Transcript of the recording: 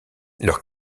leurs